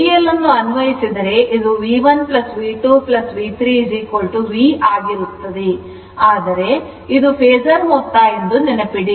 ಮತ್ತು KVL ಅನ್ನು ಅನ್ವಯಿಸಿದರೆ ಇದು V1 V2 V3 V ಆಗಿರುತ್ತದೆ ಆದರೆ ಇದು ಫೇಸರ್ ಮೊತ್ತ ಎಂದು ನೆನಪಿಡಿ